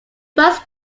first